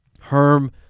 Herm